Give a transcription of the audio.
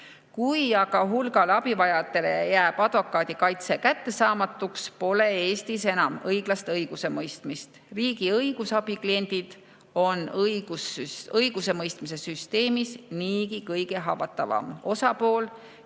Kui aga hulgale abivajajatele jääb advokaadi kaitse kättesaamatuks, pole Eestis enam õiglast õigusemõistmist. Riigi õigusabi kliendid on õigusemõistmise süsteemis niigi kõige haavatavam osapool